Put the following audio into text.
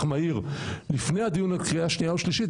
מהיר לפני הדיון בקריאה שנייה והשלישית,